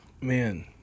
man